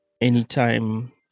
anytime